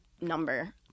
number